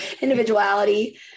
individuality